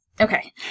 Okay